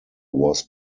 was